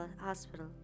Hospital